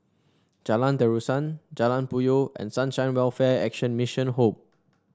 Jalan Terusan Jalan Puyoh and Sunshine Welfare Action Mission Home